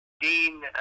Dean